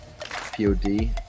pod